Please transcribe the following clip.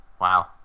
Wow